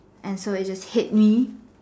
and so it just hit me